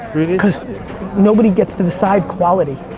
really? cause nobody gets to decide quality.